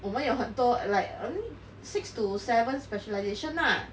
我们有很多 like I mean six to seven specialization lah